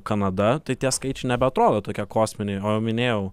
kanada tai tie skaičiai nebeatrodo tokie kosminiai o jau minėjau